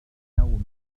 نوم